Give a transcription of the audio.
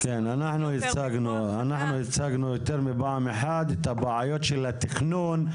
--- אנחנו הצגנו יותר מפעם אחת את הבעיות של התכנון,